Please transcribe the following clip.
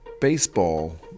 baseball